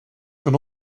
can